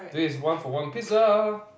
today is one for one pizza